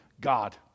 God